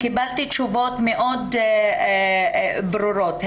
קיבלתי תשובות ברורות מאוד,